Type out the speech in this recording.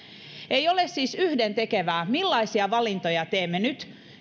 ei ole siis yhdentekevää millaisia valintoja teemme nyt